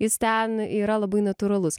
jis ten yra labai natūralus